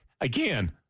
Again